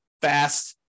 fast